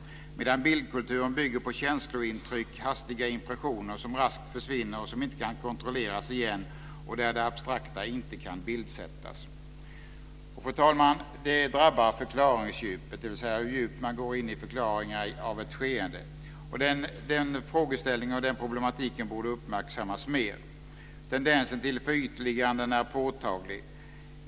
Bildkulturen bygger på känslointryck, hastiga impressioner som raskt försvinner och som inte kan kontrolleras igen och där det abstrakta inte kan bildsättas. Detta, fru talman, drabbar förklaringsdjupet, dvs. hur djupt man går in i förklaringar av ett skeende. Den frågeställningen och den problematiken borde uppmärksammas mer. Tendensen till förytliganden är påtaglig.